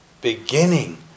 beginning